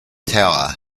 tower